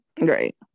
Right